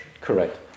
Correct